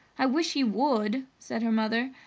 i wish he would! said her mother.